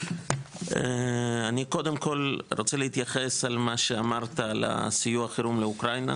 אני רוצה להתייחס למה שאמרת על הסיוע לאוקראינה.